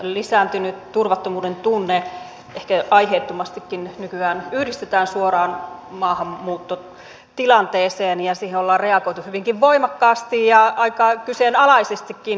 lisääntynyt turvattomuuden tunne ehkä aiheettomastikin nykyään yhdistetään suoraan maahanmuuttotilanteeseen ja siihen ollaan reagoitu hyvinkin voimakkaasti ja aika kyseenalaisestikin